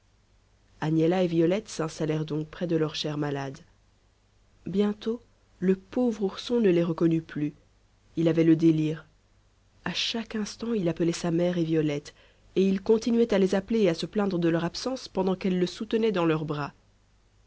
agnella et violette s'installèrent donc près de leur cher malade bientôt le pauvre ourson ne les reconnut plus il avait le délire à chaque instant il appelait sa mère et violette et il continuait à les appeler et à se plaindre de leur absence pendant qu'elles le soutenaient dans leurs bras